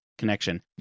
connection